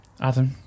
Adam